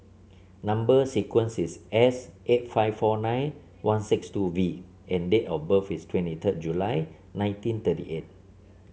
number sequence is S eight five four nine one six two V and date of birth is twenty third July nineteen thirty eight